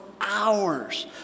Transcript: hours